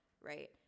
Right